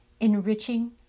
ENRICHING